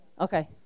Okay